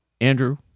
andrew